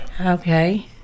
Okay